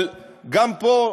אבל גם פה,